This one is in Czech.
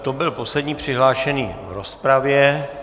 To byl poslední přihlášený v rozpravě.